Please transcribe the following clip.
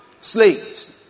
slaves